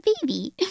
baby